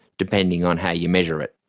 depending on how you measure it.